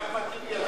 אני רק מחיתי על,